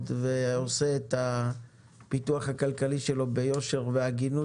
ועושה את הפיתוח הכלכלי שלו ביושר ובהגינות.